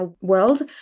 world